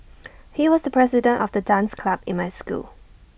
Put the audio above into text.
he was the president of the dance club in my school